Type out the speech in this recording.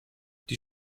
die